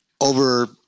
over